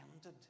ended